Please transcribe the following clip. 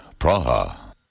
Praha